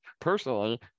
personally